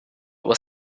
was